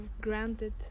granted